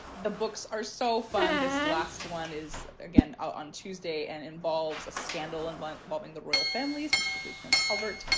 the books are so fun. this last one is again out on tuesday and involves a scandal and involving the royal family, specifically prince albert,